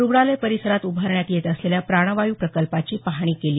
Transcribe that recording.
रुग्णालय परिसरात उभारण्यात येत असलेल्या प्राणवायू प्रकल्पाची पाहणी केली